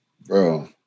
Bro